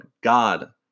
God